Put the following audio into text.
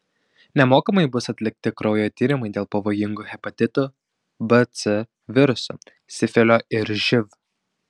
nemokamai bus atlikti kraujo tyrimai dėl pavojingų hepatitų b c virusų sifilio ir živ